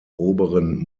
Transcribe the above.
oberen